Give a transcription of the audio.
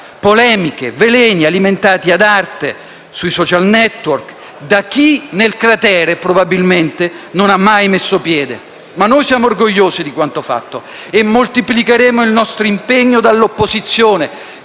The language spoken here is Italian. polemiche e veleni, alimentati ad arte sui *social network* da chi nel cratere probabilmente non ha mai messo piede. Noi siamo orgogliosi di quanto fatto e moltiplicheremo il nostro impegno dall'opposizione,